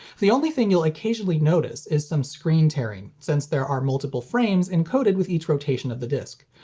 the only thing you'll occasionally notice is some screen-tearing since there are multiple frames encoded with each rotation of the disc.